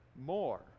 more